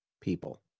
people